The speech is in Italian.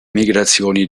migrazioni